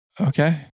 Okay